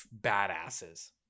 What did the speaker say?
badasses